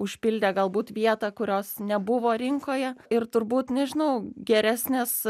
užpildę galbūt vietą kurios nebuvo rinkoje ir turbūt nežinau geresnės